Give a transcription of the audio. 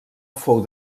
fou